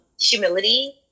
humility